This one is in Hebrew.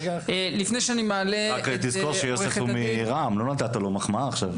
לפני שאני מעלה --- רק תזכור שיוסף הוא מרע"מ; לא נתת לו מחמאה עכשיו.